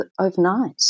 overnight